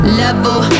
level